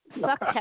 fuck